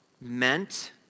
meant